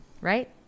right